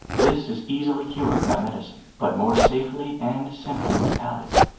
this is easily cured by medicine, but more safely and simply without it.